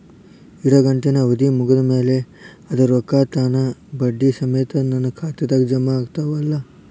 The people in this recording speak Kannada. ಇಡಗಂಟಿನ್ ಅವಧಿ ಮುಗದ್ ಮ್ಯಾಲೆ ಅದರ ರೊಕ್ಕಾ ತಾನ ಬಡ್ಡಿ ಸಮೇತ ನನ್ನ ಖಾತೆದಾಗ್ ಜಮಾ ಆಗ್ತಾವ್ ಅಲಾ?